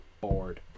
bored